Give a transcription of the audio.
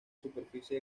superficie